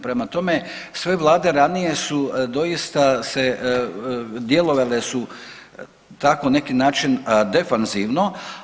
Prema tome, sve Vlade ranije su doista djelovale su tako na neki način defanzivno.